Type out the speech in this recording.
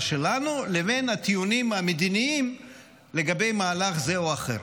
שלנו לבין הטיעונים המדיניים לגבי מהלך זה או אחר.